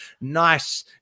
nice